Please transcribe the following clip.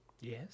Yes